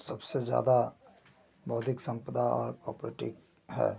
सबसे ज़्यादा मौलिक संपदा और प्रोपर्टी है